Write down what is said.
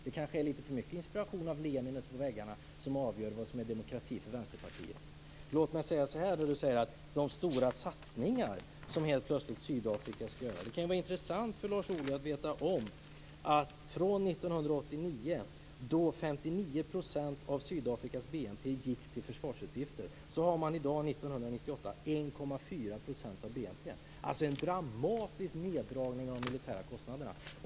Det kanske är lite för mycket inspiration av Lenin uppe på väggen som avgör vad som är demokrati för Vänsterpartiet. Lars Ohly talade om de stora satsningar som Sydafrika helt plötsligt skall göra. Det kan vara intressant för Lars Ohly att veta att 1989 gick 59 % av BNP till försvarsutgifter, och 1998 var det 1,4 % av BNP. Det är alltså en dramatisk neddragning av de militära kostnaderna.